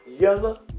yellow